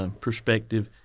perspective